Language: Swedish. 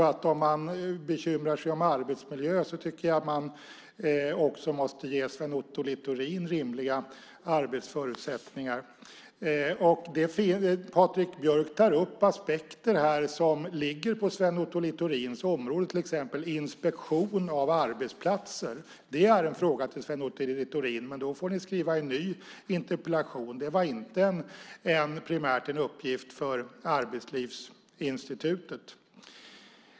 Om man bekymrar sig om arbetsmiljö tycker jag att man måste ge Sven Otto Littorin rimliga arbetsförutsättningar. Patrik Björck tar här upp aspekter som ligger inom Sven Otto Littorins område, till exempel inspektion av arbetsplatser. Det är en fråga för Sven Otto Littorin, men då får ni skriva en ny interpellation. Det var inte primärt en uppgift för Arbetslivsinstitutet.